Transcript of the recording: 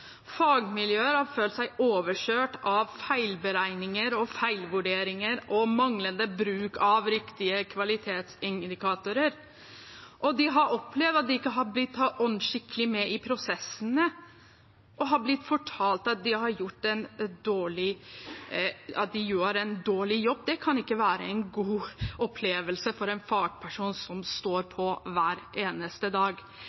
Fagmiljøer har følt seg overkjørt av feilberegninger og feilvurderinger og manglende bruk av riktige kvalitetsindikatorer. De har opplevd at de ikke har blitt tatt skikkelig med i prosessene, og de har blitt fortalt at de gjør en dårlig jobb. Det kan ikke være en god opplevelse for en fagperson som står på hver eneste dag.